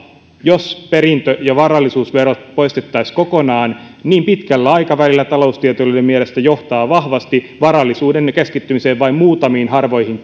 jos perintö ja varallisuusverot poistettaisiin kokonaan ylisukupolvellinen varallisuus pitkällä aikavälillä taloustieteilijöiden mielestä johtaa vahvasti varallisuuden keskittymiseen vain muutamiin harvoihin